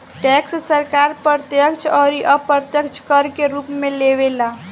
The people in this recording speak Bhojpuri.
टैक्स सरकार प्रत्यक्ष अउर अप्रत्यक्ष कर के रूप में लेवे ला